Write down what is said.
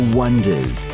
wonders